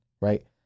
right